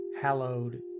hallowed